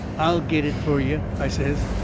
i'll get it fur you, i says.